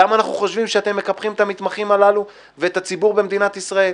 למה אנחנו חושבים שאתם מקפחים את המתמחים הללו ואת הציבור במדינת ישראל.